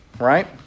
right